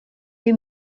wie